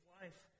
life